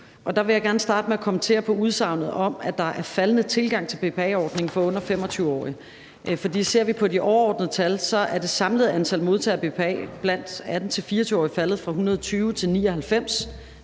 jeg gerne starte med at kommentere på udsagnet om, at der er faldende tilgang til BPA-ordningen for personer under 25 år. For ser vi på de overordnede tal, er det samlede antal modtagere af BPA blandt de 18-24-årige faldet fra 120 til 99